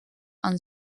and